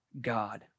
God